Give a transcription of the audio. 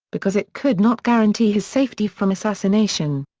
because it could not guarantee his safety from assassination.